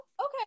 Okay